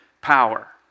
power